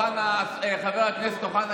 חבר הכנסת אוחנה,